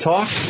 Talk